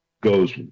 goes